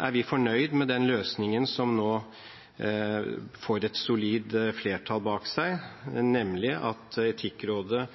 er vi fornøyd med den løsningen som nå får et solid flertall bak seg, nemlig at Etikkrådet